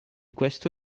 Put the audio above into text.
questo